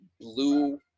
blue